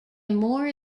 more